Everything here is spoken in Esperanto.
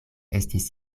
estis